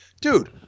dude